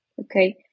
Okay